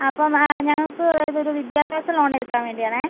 അപ്പം ഞങ്ങൾക്ക് ഒരു വിദ്യാഭ്യാസ ലോൺ എടുക്കാൻ വേണ്ടിയാണേ